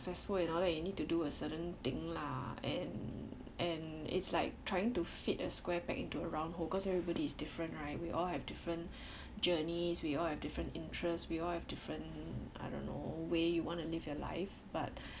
successful and all that you need to do a certain thing lah and and it's like trying to fit a square peg into a round hole cause everybody is different right we all have different journeys we all have different interests we all have different I don't know way you want to live your life but